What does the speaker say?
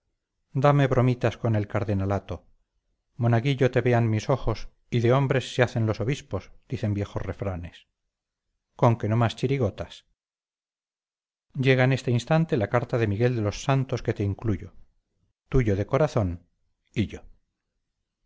dame bromitas con el cardenalato monaguillo te vean mis ojos y de hombres se hacen los obispos dicen viejos refranes con que no más chirigotas llega en este instante la carta de miguel de los santos que te incluyo tuyo de corazón hillo